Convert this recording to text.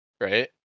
right